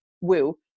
woo